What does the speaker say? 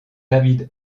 david